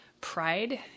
pride